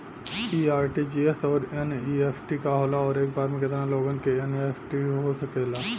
इ आर.टी.जी.एस और एन.ई.एफ.टी का होला और एक बार में केतना लोगन के एन.ई.एफ.टी हो सकेला?